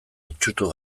itsutu